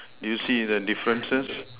do you see the differences